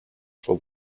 for